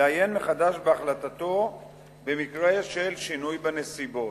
לעיין מחדש בהחלטתו במקרה של שינוי בנסיבות.